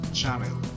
channel